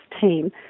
team